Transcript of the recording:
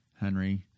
Henry